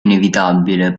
inevitabile